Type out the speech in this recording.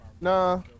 Nah